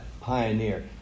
pioneer